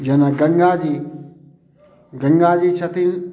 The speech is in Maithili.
जेना गंगा जी गंगा जी छथिन